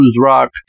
rock